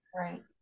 Right